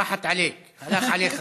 רחת עליכ, הלך עליך.